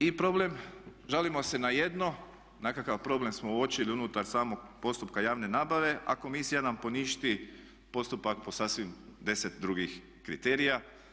I problem žalimo se na jedno, nekakav problem smo uočili unutar samog postupka javne nabave, a komisija nam poništi postupak po sasvim deset drugih kriterija.